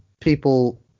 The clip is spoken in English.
people